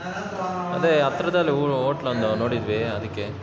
ಅದೇ ಹತ್ತಿರದಲ್ಲಿ ಹೋಟ್ಲೊಂದು ನೋಡಿದ್ವಿ ಅದಕ್ಕೆ